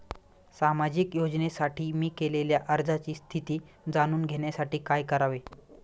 सामाजिक योजनेसाठी मी केलेल्या अर्जाची स्थिती जाणून घेण्यासाठी काय करावे?